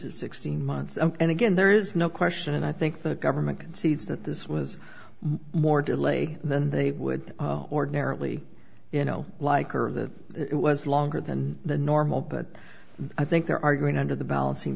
to sixteen months and again there is no question and i think the government concedes that this was more delay than they would ordinarily you know like or the it was longer than the normal but i think there are going under the balancing